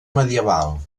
medieval